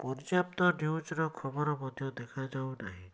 ପର୍ଯ୍ୟାପ୍ତ ନ୍ୟୁଜର ଖବର ମଧ୍ୟ ଦେଖାଯାଉ ନାହିଁ